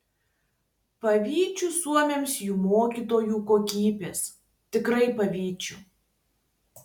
pavydžiu suomiams jų mokytojų kokybės tikrai pavydžiu